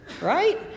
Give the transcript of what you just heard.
Right